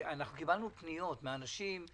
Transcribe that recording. קיבלנו פניות מאנשים.